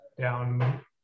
down